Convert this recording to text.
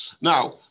now